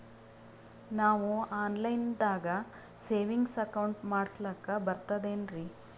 ನಾವು online ದಾಗ savings account ಮಾಡಸ್ಲಾಕ ಬರ್ತದೇನ್ರಿ?